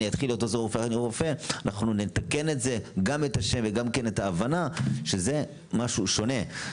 אנחנו נתקן גם את השם וגם את ההבנה שזה מקצוע שונה.